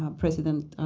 um president,